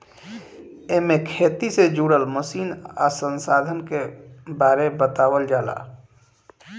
एमे खेती से जुड़ल मशीन आ संसाधन के बारे बतावल जाला